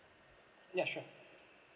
ya sure